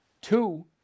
Two